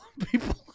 people